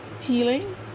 healing